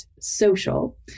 social